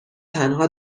تنها